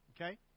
okay